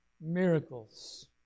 Miracles